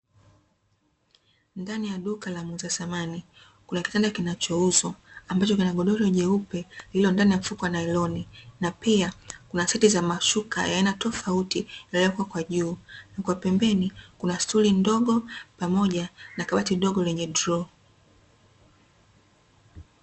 Ndani ya duka la muuza thamani, kuna kitanda kinachouzwa ambacho kina godoro jeupe lililo ndani ya mfuko wa nailoni, na pia kuna seti za mashuka ya aina tofauti yaliyowekwa kwa juu, na kwa pembeni kuna stuli ndogo pamoja na kabati dogo lenye droo.